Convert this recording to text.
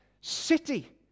city